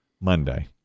Monday